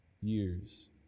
years